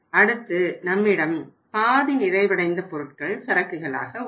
அடுத்து நம்மிடம் பாதி நிறைவடைந்த பொருட்கள் சரக்குகளாக உள்ளது